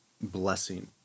blessing